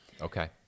Okay